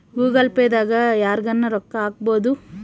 Google Pay ದಾಗ ಯರ್ಗನ ರೊಕ್ಕ ಹಕ್ಬೊದು